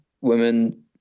women